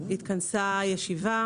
התכנסה ישיבה